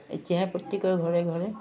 এতিয়াহে প্ৰত্যেকৰ ঘৰে ঘৰে